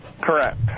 Correct